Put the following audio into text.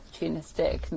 opportunistic